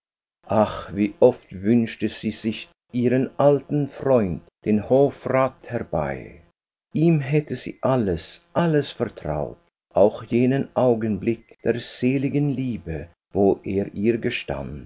ach wie oft wünschte sie sich ihren alten freund den hofrat herbei ihm hätte sie alles alles vertraut auch jenen augenblick der seligen liebe wo er ihr gestand